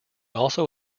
also